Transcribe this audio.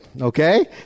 okay